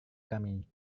kami